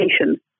education